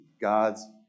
God's